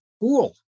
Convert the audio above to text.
Cool